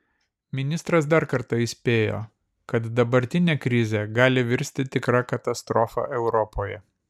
ministras dar kartą įspėjo kad dabartinė krizė gali virsti tikra katastrofa europoje